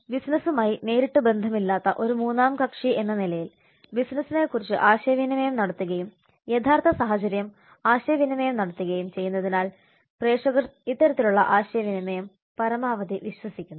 ബിസിനസ്സുമായി നേരിട്ട് ബന്ധമില്ലാത്ത ഒരു മൂന്നാം കക്ഷി എന്ന നിലയിൽ ബിസിനസിനെക്കുറിച്ച് ആശയവിനിമയം നടത്തുകയും യഥാർത്ഥ സാഹചര്യം ആശയവിനിമയം നടത്തുകയും ചെയ്യുന്നതിനാൽ പ്രേക്ഷകർ ഇത്തരത്തിലുള്ള ആശയവിനിമയം പരമാവധി വിശ്വസിക്കുന്നു